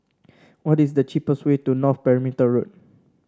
what is the cheapest way to North Perimeter Road